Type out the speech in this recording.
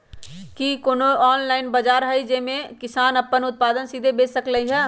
कि कोनो ऑनलाइन बाजार हइ जे में किसान अपन उत्पादन सीधे बेच सकलई ह?